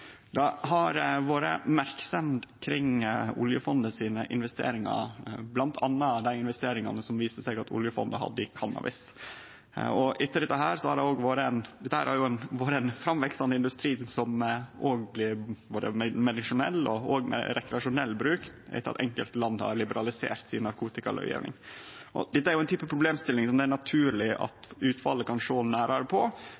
Det har vore merksemd kring oljefondet sine investeringar, bl.a. dei investeringane som det viste seg at oljefondet hadde i cannabis. Dette har jo vore ein framveksande industri både til medisinell og rekreasjonell bruk etter at enkelte land har liberalisert narkotikalovgjevinga si. Dette er jo ein type problemstilling som det er naturleg at utvalet kan sjå nærare på,